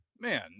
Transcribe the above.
Man